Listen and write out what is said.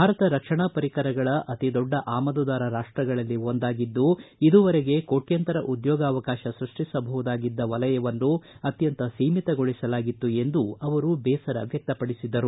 ಭಾರತ ರಕ್ಷಣಾ ಪರಿಕರಗಳ ಅತಿ ದೊಡ್ಡ ಆಮದುದಾರ ರಾಷ್ಟಗಳಲ್ಲಿ ಒಂದಾಗಿದ್ದು ಇದುವರೆಗೆ ಕೋಟ್ಕಂತರ ಉದ್ನೋಗಾವಕಾಶ ಸೃಷ್ಷಿಸಬಹುದಾಗಿದ್ದ ವಲಯವನ್ನು ಅತ್ಯಂತ ಸೀಮಿತಗೊಳಿಸಲಾಗಿತ್ತು ಎಂದು ಅವರು ಬೇಸರ ವ್ಯಕ್ತಪಡಿಸಿದರು